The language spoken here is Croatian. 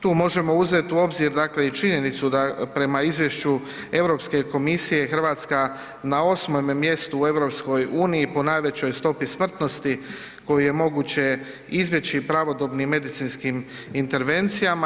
Tu možemo uzeti u obzir i činjenicu da prema izvješću Europske komisije Hrvatska na 8.mjestu u EU po najvećoj stopi smrtnosti koju je moguće izbjeći pravodobnim medicinskim intervencijama.